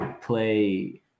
play